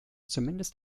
zumindest